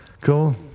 cool